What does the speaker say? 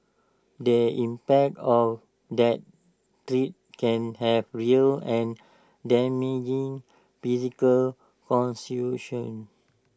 the impact of that threat can have real and damaging physical